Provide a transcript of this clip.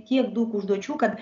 tiek daug užduočių kad